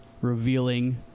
revealing